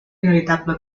inevitable